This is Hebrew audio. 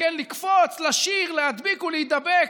לקפוץ, לשיר, להדביק ולהידבק.